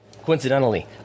coincidentally